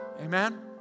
Amen